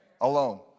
alone